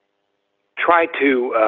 try to